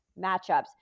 matchups